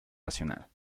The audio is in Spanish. racional